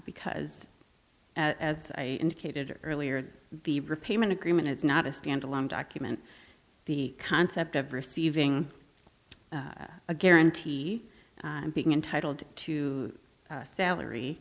because as i indicated earlier the repayment agreement it's not a standalone document the concept of receiving a guarantee and being entitled to a salary